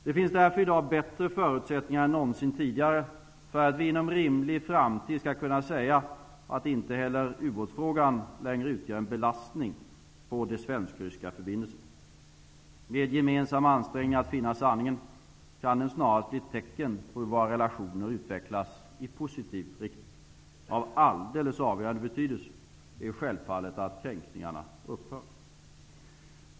Det finns därför i dag bättre förutsättningar än någonsin tidigare för att vi inom en rimlig framtid skall kunna säga att inte heller ubåtsfrågan längre utgör en belastning för de svensk-ryska förbindelserna. Med gemensamma ansträngningar att finna sanningen kan den snarast bli ett tecken på hur våra relationer utvecklas i positiv riktning. Av alldeles avgörande betydelse är självfallet att kränkningarna upphör.